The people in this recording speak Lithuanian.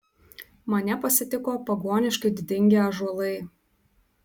mane pasitiko pagoniškai didingi ąžuolai